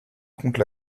contre